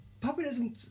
populism